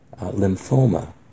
lymphoma